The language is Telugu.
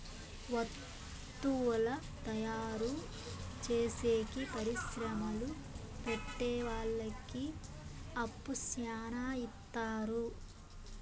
వత్తువుల తయారు చేసేకి పరిశ్రమలు పెట్టె వాళ్ళకి అప్పు శ్యానా ఇత్తారు